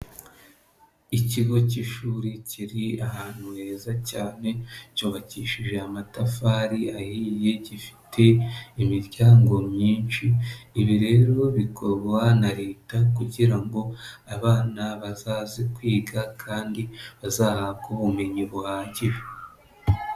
Ikigo cy'ishuri kiri ahantu heza cyane, cyubakishije amatafari ahiye, gifite imiryango myinshi, ibi rero bikorwa na leta kugira ngo abana bazaze kwiga kandi bazahabwe ubumenyi buhagije.